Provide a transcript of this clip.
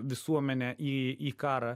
visuomenę į į karą